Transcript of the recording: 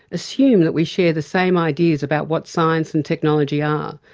assume that we share the same ideas about what science and technology are,